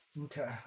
Okay